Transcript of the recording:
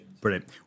Brilliant